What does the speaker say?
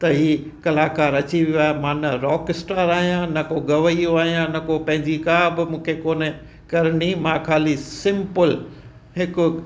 त हीअ कलाकार अची वियो आहे मां न रॉक स्टार आहियां न मां गवैयो आहियां न को पंहिंजी का बि मूंखे कोन्ह करिणी मां ख़ाली सिंपल हिक